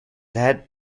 head